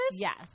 yes